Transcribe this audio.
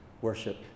worship